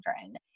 children